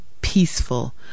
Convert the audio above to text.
peaceful